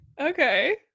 Okay